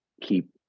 keep